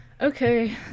Okay